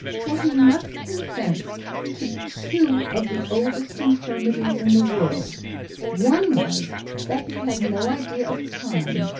for he must confess to two of the oldest infirmities in the world one was that he had no idea of time,